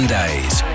days